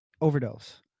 overdose